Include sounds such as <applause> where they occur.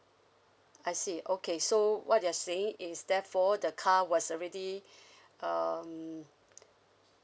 I see okay so what you are saying is therefore the car was already <breath> um